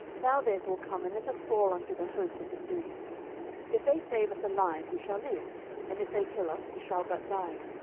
now therefore come, and let us fall unto the host of the syrians if they save us alive, we shall live and if they kill us, we shall but die.